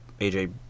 AJ